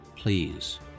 Please